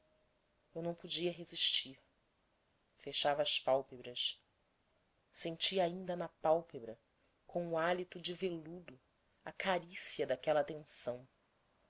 eu não podia resistir fechava as pálpebras sentia ainda na pálpebra com o hálito de velado a carícia daquela atenção